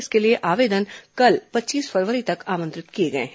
इसके लिए आवेदन कल पच्चीस फरवरी तक आमंत्रित किए गए हैं